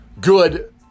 good